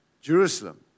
Jerusalem